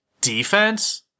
defense